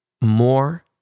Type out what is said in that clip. more